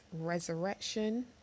Resurrection